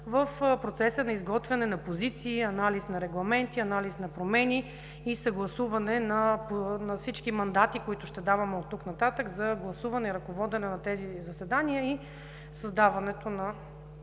в процеса на изготвяне на позиции и анализ на регламенти, анализ на промени, съгласуване на всички мандати, които ще даваме оттук нататък за гласуване и ръководене на тези заседания, и създаването на